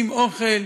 עם אוכל,